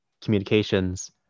communications